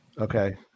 Okay